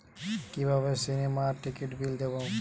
কিভাবে সিনেমার টিকিটের বিল দেবো?